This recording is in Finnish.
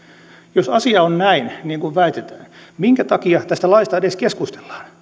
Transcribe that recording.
jos asia on niin kuin väitetään minkä takia tästä laista edes keskustellaan